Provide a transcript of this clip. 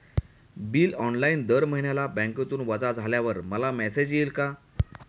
Bill online दर महिन्याला बँकेतून वजा झाल्यावर मला मेसेज येईल का?